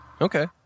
okay